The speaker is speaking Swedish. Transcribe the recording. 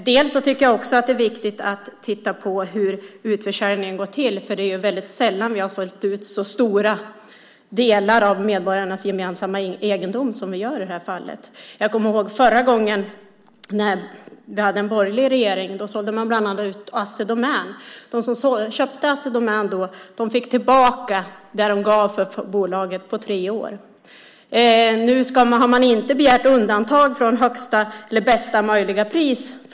Jag tycker också att det är viktigt att titta på hur utförsäljningen går till eftersom det är väldigt sällan som vi har sålt ut så stora delar av medborgarnas gemensamma egendom som vi gör i detta fall. Jag kommer ihåg när vi hade en borgerlig regering förra gången. Då sålde man bland annat ut Assi Domän. De som köpte Assi Domän då fick tillbaka det som de gav för bolaget på tre år. Nu har man från regeringens sida inte begärt undantag från bästa möjliga pris.